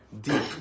deep